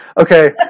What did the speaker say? Okay